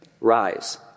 Rise